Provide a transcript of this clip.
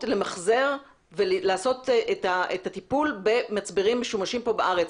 למחזר ולעשות את הטיפול במצברים משומשים בארץ,